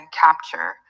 capture